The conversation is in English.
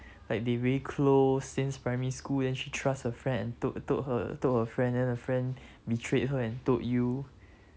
like they very close since primary school then she trust her friend and told told her told her friend then her friend betrayed her and told you